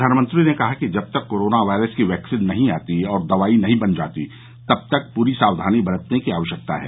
प्रधानमंत्री ने कहा कि जब तक कोरोना वायरस की वैक्सीन नहीं आती और दवाई नहीं बन जाती तब तक पूरी सावधानी बरतने की आवश्यकता है